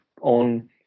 on